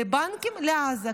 לבנקים לעזה,